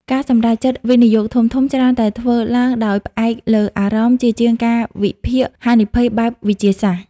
ការសម្រេចចិត្តវិនិយោគធំៗច្រើនតែធ្វើឡើងដោយផ្អែកលើ "អារម្មណ៍" ជាជាងការវិភាគហានិភ័យបែបវិទ្យាសាស្ត្រ។